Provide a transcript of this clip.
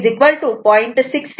2 o 0